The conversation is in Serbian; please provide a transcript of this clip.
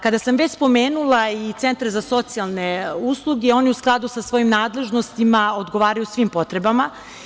Kada sam već spomenula i centre za socijalne usluge, oni u skladu sa svojim nadležnostima odgovaraju svim potrebama.